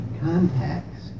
contacts